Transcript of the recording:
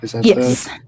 Yes